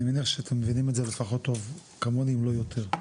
אני מניח שאתם מבינים את זה לפחות טוב כמוני אם לא יותר.